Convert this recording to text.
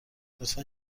لطفا